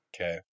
Okay